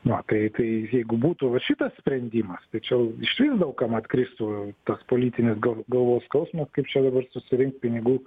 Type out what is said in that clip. nu va tai tai jeigu būtų va šitas sprendimas tai čia išvis daug kam atkristų tas politinis gal galvos skausma kaip čia dabar susirinkt pinigų